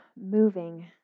moving